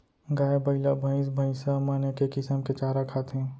गाय, बइला, भईंस भईंसा मन एके किसम के चारा खाथें